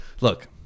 Look